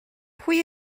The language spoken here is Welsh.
pwy